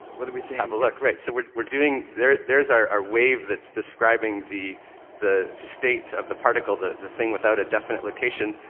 what are we seeing here? have a look. right, so we're we're doing, there's there's our wave that's describing the the state of the particle, the the thing without a definite location.